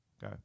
Go